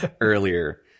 earlier